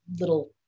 little